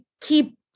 keep